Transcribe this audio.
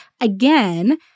again